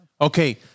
Okay